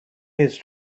his